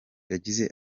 yagize